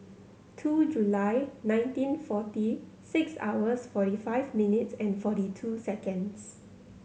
two July nineteen forty six hours forty five minutes and forty two seconds